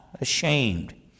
ashamed